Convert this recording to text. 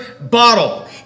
bottle